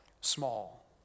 small